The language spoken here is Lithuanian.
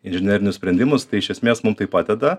inžinerinius sprendimus tai iš esmės mum tai padeda